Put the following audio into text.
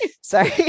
Sorry